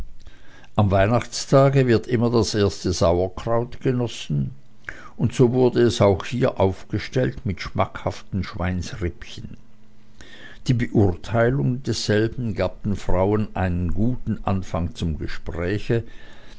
am weihnachtstage wird immer das erste sauerkraut genossen und so wurde es auch hier aufgestellt mit schmackhaften schweinsrippchen die beurteilung desselben gab den frauen einen guten anfang zum gespräche